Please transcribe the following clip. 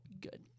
good